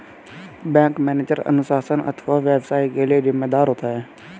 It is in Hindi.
बैंक मैनेजर अनुशासन अथवा व्यवसाय के लिए जिम्मेदार होता है